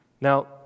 Now